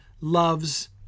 loves